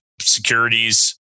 securities